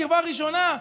קרבה ראשונה,